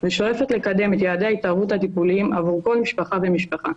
ושואפת לקדם את יעדי ההתערבות הטיפוליים בעבור כל משפחה ומשפחה.